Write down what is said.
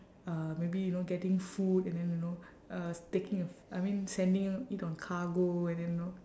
uh maybe you know getting food and then you know uh taking a f~ I mean sending it on cargo and then know